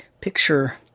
picture